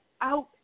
out